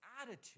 attitude